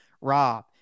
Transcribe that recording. Rob